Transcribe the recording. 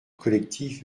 collectif